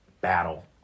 battle